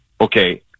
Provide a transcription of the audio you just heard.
okay